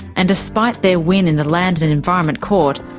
and despite their win in the land and environment court,